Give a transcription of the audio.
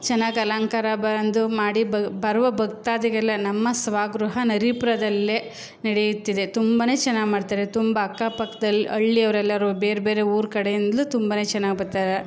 ಚೆನ್ನಾಗಿ ಅಲಂಕಾರ ಬಂದು ಮಾಡಿ ಬರುವ ಭಕ್ತಾದಿಗೆಲ್ಲ ನಮ್ಮ ಸ್ವಗೃಹ ನರಸೀಪುರದಲ್ಲೇ ನಡೆಯುತ್ತಿದೆ ತುಂಬನೇ ಚೆನ್ನಾಗಿ ಮಾಡ್ತಾರೆ ತುಂಬ ಅಕ್ಕಪಕ್ದಲ್ಲಿ ಹಳ್ಳಿಯವ್ರೆಲ್ಲರೂ ಬೇರೆಬೇರೆ ಊರ ಕಡೆಯಿಂದಲೂ ತುಂಬನೇ ಚೆನ್ನಾಗಿ ಬರ್ತಾರೆ